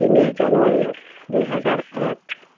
তিনি জানুৱাৰী দুই হাজাৰ আঠ